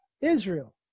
israel